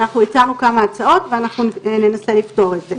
אנחנו הצענו כמה הצעות ואנחנו ננסה לפתור את זה.